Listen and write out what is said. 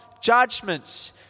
judgment